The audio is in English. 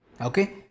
Okay